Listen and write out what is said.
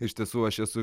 iš tiesų aš esu